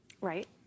Right